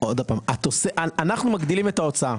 אנחנו מגדילים את ההוצאה.